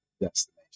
destination